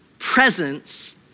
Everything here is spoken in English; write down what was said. Presence